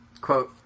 quote